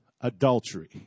adultery